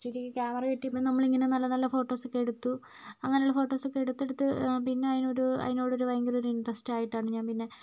ജസ്റ്റോര് camera കിട്ടിയപ്പോൾ നമ്മളിങ്ങനെ നല്ല നല്ല ഫോട്ടോസ് ഒക്കെ എടുത്തു അങ്ങനെയുള്ള ഫോട്ടോസ് ഒക്കെ എടുത്ത് എടുത്ത് പിന്നെ അയ്നൊരു അയ്നോട് ഒരു ഭയങ്കര ഒരു ഇൻട്രസ്റ്റ് ആയിട്ടാണ് ഞാൻ പിന്നെ